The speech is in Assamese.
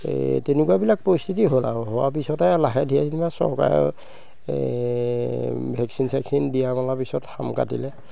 এই তেনেকুৱাবিলাক পৰিস্থিতি হ'ল আৰু হোৱাৰ পিছতে লাহে ধীৰে যেনিবা চৰকাৰে এই ভেকচিন চেকচিন দিয়া মেলা পিছত শাম কাটিলে